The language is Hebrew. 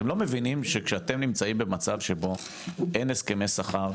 אתם לא מבינים שכשאתם נמצאים במצב שבו אין הסכמי שכר.